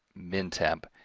min temp,